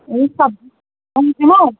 سبزی